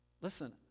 listen